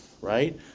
right